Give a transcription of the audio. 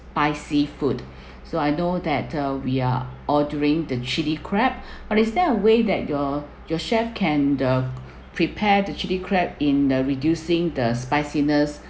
spicy food so I know that uh we are ordering the chilli crab or is there a way that your your chefs can the prepare the chilli crab in the reducing the spiciness